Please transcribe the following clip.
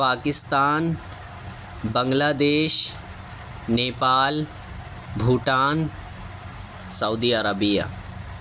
Pakistan Bangladesh Nepal Bhutan Saudi Arabia